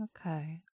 okay